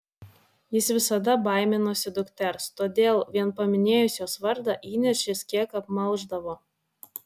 jis visada baiminosi dukters todėl vien paminėjus jos vardą įniršis kiek apmalšdavo